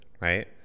right